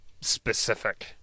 specific